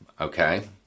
Okay